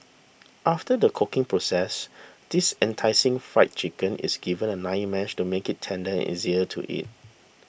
after the cooking process this enticing Fried Chicken is given a nine mash to make it tender and easier to eat